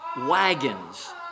wagons